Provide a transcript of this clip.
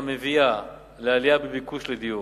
המביאה לעלייה בביקוש לדיור.